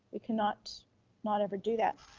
we cannot not ever do that.